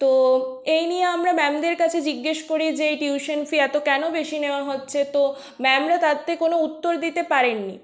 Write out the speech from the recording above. তো এই নিয়ে আমরা ম্যামদের কাছে জিজ্ঞেস করি যে এই টিউশন ফি এত কেন বেশি নেওয়া হচ্ছে তো ম্যামরা তাতে কোনও উত্তর দিতে পারেননি